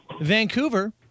Vancouver